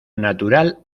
natural